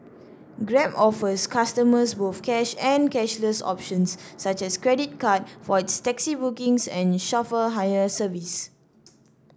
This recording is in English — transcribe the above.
grab offers customers both cash and cashless options such as credit card for its taxi bookings and chauffeur hire service